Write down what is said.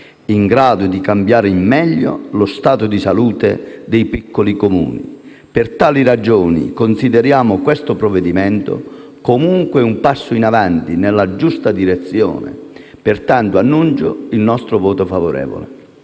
in grado di cambiare in meglio lo stato di salute dei piccoli Comuni. Per tali ragioni, consideriamo questo provvedimento comunque un passo in avanti nella giusta direzione e pertanto dichiaro il nostro voto favorevole.